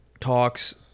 talks